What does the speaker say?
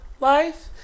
life